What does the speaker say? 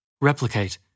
replicate